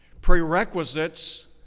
Prerequisites